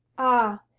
ah,